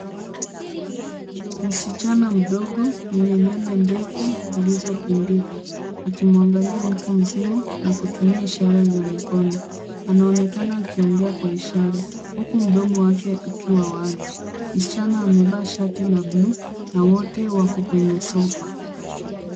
Msichana mdogo mwenye nywele ndefu zilizopindika. Akimuangalia mtu mzima na kutumia ishara za mikono. Anaonekana akiongea kwa ishara huku mdomo wake ukiwa wazi. Msichana amevaa shati la blue na wote wako kwenye sofa.